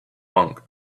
monk